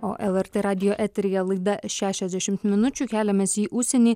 o lrt radijo eteryje laida šešiasdešimt minučių keliamės į užsienį